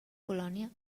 polònia